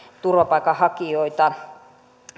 turvapaikanhakijoita